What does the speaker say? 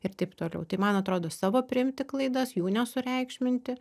ir taip toliau tai man atrodo savo priimti klaidas jų nesureikšminti